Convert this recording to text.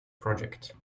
project